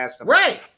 Right